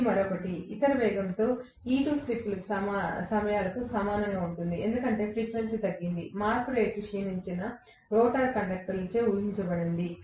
ఇది మరొకటి ఇతర వేగంతో E2 స్లిప్ సమయాలకు సమానంగా ఉంటుంది ఎందుకంటే ఫ్రీక్వెన్సీ తగ్గింది మార్పు రేటు క్షీణించిన రోటర్ కండక్టర్లచే ఊహించబడింది